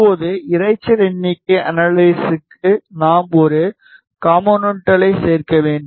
இப்போது இரைச்சல் எண்ணிக்கை அனலைஸுக்கு நாம் ஒரு காம்போனென்ட்களைச் சேர்க்க வேண்டும்